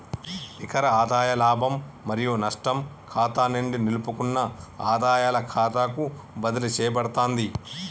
నికర ఆదాయ లాభం మరియు నష్టం ఖాతా నుండి నిలుపుకున్న ఆదాయాల ఖాతాకు బదిలీ చేయబడతాంది